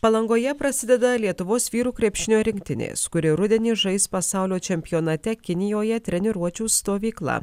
palangoje prasideda lietuvos vyrų krepšinio rinktinės kuri rudenį žais pasaulio čempionate kinijoje treniruočių stovykla